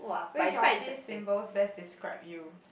which of these symbols best describe you